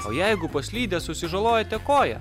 o jeigu paslydęs susižalojote koją